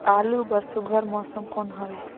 आलू बर सुघ्घर मौसम कौन हवे?